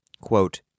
quote